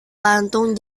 gantung